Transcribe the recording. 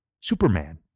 Superman